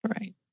Right